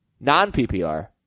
non-ppr